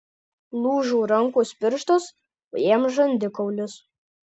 lūžo rankos pirštas o jam žandikaulis